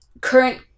current